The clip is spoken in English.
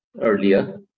earlier